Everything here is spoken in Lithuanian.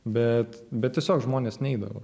bet bet tiesiog žmonės neidavo